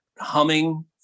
humming